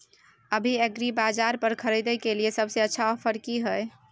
अभी एग्रीबाजार पर खरीदय के लिये सबसे अच्छा ऑफर की हय?